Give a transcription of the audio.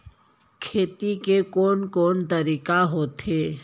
खेती के कोन कोन तरीका होथे?